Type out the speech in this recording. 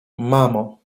mamo